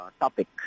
topic